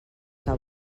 que